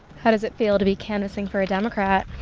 how does it feel to be canvassing for a democrat?